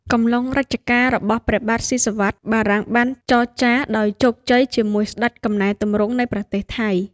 កំឡុងរជ្ជកាលរបស់ព្រះបាទស៊ីសុវត្ថិ បារាំងបានចរចាដោយជោគជ័យជាមួយស្តេចកំណែទម្រង់នៃប្រទេសថៃ ។